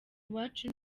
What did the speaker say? iwacu